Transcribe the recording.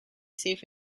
safe